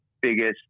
biggest